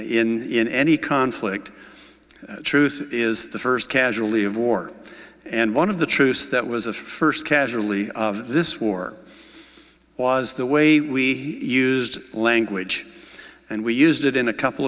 in any conflict truth is the first casualty of war and one of the truths that was the first casually this war it was the way we used language and we used it in a couple